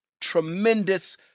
tremendous